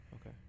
Okay